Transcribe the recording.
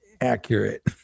accurate